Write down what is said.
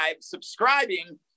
subscribing